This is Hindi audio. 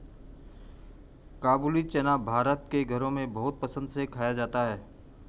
काबूली चना भारत के घरों में बहुत पसंद से खाया जाता है